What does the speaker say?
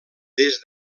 des